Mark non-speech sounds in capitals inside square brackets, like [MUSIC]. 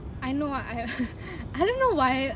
I know ah I [LAUGHS] I don't know why